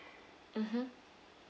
mmhmm